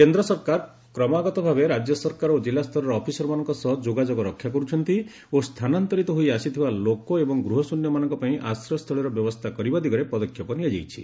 କେନ୍ଦ୍ର ସରକାର କ୍ରମାଗତ ଭାବେ ରାଜ୍ୟ ସରକାର ଓ ଜିଲ୍ଲା ସ୍ତରର ଅଫିସରମାନଙ୍କ ସହ ଯୋଗାଯୋଗ ରକ୍ଷା କରୁଛନ୍ତି ଓ ସ୍ଥାନାନ୍ତରିତ ହୋଇ ଆସିଥିବା ଲୋକ ଏବଂ ଗୃହଶନ୍ୟମାନଙ୍କ ପାଇଁ ଆଶ୍ରୟ ସ୍ଥଳୀର ବ୍ୟବସ୍ଥା କରିବା ଦିଗରେ ପଦକ୍ଷେପ ନିଆଯାଇଛି